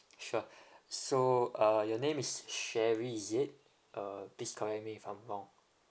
sure so uh your name is sherry is it uh please correct me if I'm wrong